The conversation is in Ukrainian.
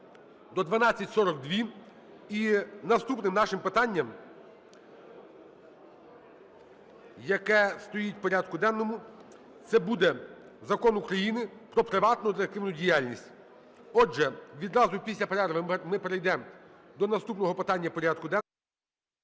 до 12:42. І наступним нашим питанням, яке стоїть в порядку денному, це буде Закон України "Про приватну детективну діяльність". Отже, відразу після перерви ми перейдемо до наступного питання порядку денного: